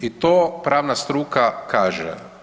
I to pravna struka kaže.